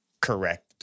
correct